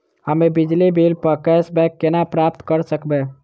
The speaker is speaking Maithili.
हम्मे बिजली बिल प कैशबैक केना प्राप्त करऽ सकबै?